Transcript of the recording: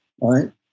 right